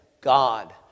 God